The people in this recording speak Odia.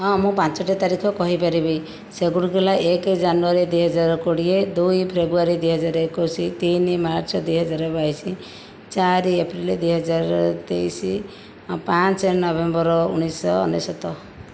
ହଁ ମୁଁ ପାଞ୍ଚଟି ତାରିଖ କହି ପାରିବି ସେଗୁଡ଼ିକ ହେଲା ଏକ ଜାନୁଆରୀ ଦୁଇ ହଜାର କୋଡ଼ିଏ ଦୁଇ ଫେବୃୟାରୀ ଦୁଇ ହଜାର ଏକୋଇଶ ତିନି ମାର୍ଚ୍ଚ ଦୁଇ ହଜାର ବାଇଶ ଚାରି ଏପ୍ରିଲ ଦୁଇ ହଜାର ତେଇଶ ପାଞ୍ଚ ନଭେମ୍ବର ଉଣେଇଶହ ଅନେଶ୍ଵତ